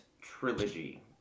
trilogy